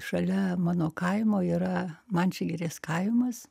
šalia mano kaimo yra mančiagirės kaimas